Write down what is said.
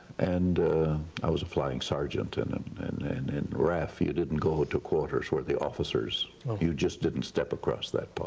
and i was a flying sergeant, and and and and in raf you didn't go to quarters where the officers you just didn't step across that but